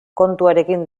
kontuarekin